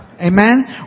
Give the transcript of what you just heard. Amen